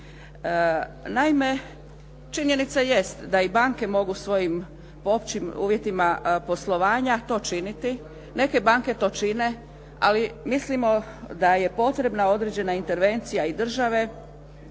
Naime, činjenica jest da i banke mogu svojim općim uvjetima poslovanja to činiti, neke banke to čini, ali mislimo da je potrebna određena intervencija i države